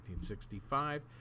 1965